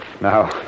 Now